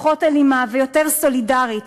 פחות אלימה ויותר סולידרית.